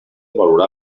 valorar